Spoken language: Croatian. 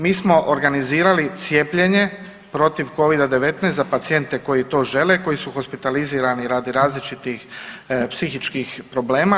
Mi smo organizirali cijepljenje protiv Covida-19 za pacijente koji to žele koji su hospitalizirani radi različitih psihičkih problema.